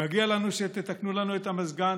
מגיע לנו שתתקנו לנו את המזגן,